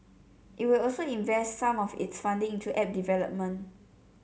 it will also invest some of its funding into app development